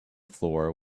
floor